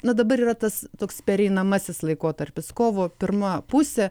na dabar yra tas toks pereinamasis laikotarpis kovo pirma pusė